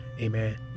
Amen